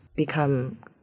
become